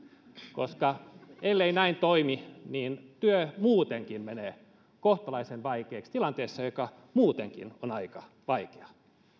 sillä ellei näin toimi työ muutenkin menee kohtalaisen vaikeaksi tilanteessa joka muutenkin on aika vaikea